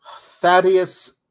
Thaddeus